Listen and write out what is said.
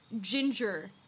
ginger